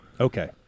Okay